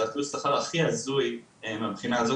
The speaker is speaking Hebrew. זה התלוש שכר הכי הזוי מהבחינה הזאת.